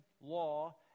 law